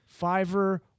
Fiverr